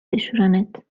بشورنت